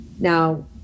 Now